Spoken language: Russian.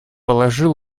положил